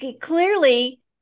clearly